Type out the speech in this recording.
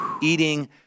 eating